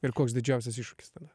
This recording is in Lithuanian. ir koks didžiausias iššūkis tame